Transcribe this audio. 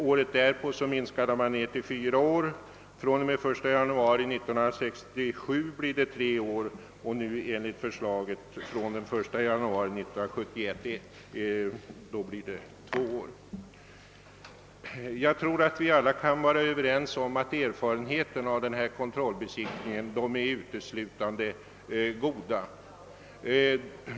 Året därpå minskades tiden till fyra år, den 1 januari 1967 fastställdes tiden till tre år, och enligt nu föreliggande förslag blir tiden två år från den 1 januari 1971. Jag tror att vi alla kan vara överens, om att erfarenheterna av denna kontrollbesiktning är uteslutande goda.